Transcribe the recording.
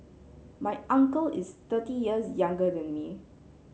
my uncle is thirty years younger than me